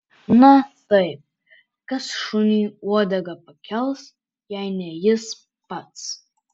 na taip kas šuniui uodegą pakels jei ne jis pats